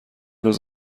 روز